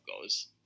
goes